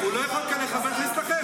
תסתכל עליך, תומך טרור.